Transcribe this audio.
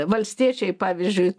valstiečiai pavyzdžiui